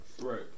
Right